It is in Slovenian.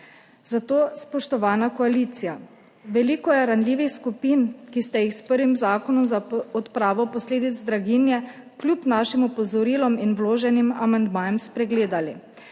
Zato, spoštovana koalicija, veliko je ranljivih skupin, ki ste jih s prvim zakonom za odpravo posledic draginje kljub našim opozorilom in vloženim amandmajem spregledali.